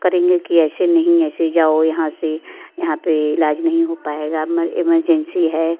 करेंगे कि ऐसे नहीं ऐसे जाओ यहाँ से यहाँ पर इलाज नहीं हो पाएगा इमरजेंसी है